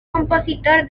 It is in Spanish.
compositor